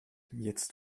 jetzt